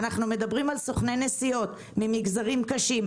אנחנו מדברים על סוכני נסיעות ממגזרים קשים,